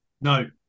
No